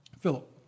Philip